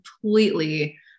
completely